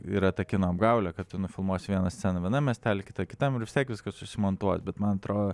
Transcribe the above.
yra ta kino apgaulė kad tu nufilmuosi vieną sceną vienam miestely kitą kitam bet vis tiek viskas susimontuos bet man atrodo